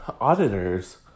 auditors